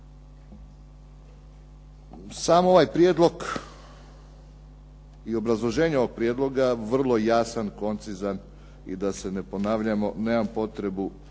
Sam ovaj prijedlog i obrazloženje ovoga prijedloga vrlo je jasan, koncizan i da se ne ponavljamo, nemam potrebu